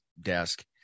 desk